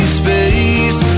space